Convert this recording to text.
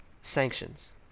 Sanctions